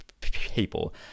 people